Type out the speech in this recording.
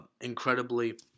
incredibly